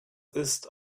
ist